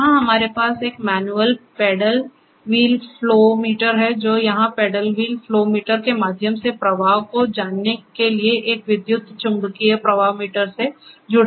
तो यहां हमारे पास एक manual pedal wheel flow meter है जो यहां पैडल व्हील फ्लो मीटर के माध्यम से प्रवाह को जानने के लिए एक विद्युत चुम्बकीय प्रवाह मीटर से जुड़ा हुआ है